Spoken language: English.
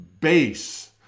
base